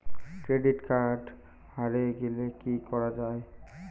Credit card হারে গেলে কি করা য়ায়?